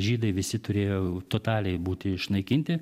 žydai visi turėjo totaliai būti išnaikinti